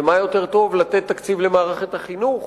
ומה יותר טוב מלתת תקציב למערכת החינוך